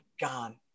gone